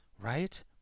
right